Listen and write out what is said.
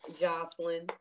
Jocelyn